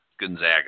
Gonzaga